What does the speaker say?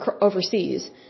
overseas